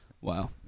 wow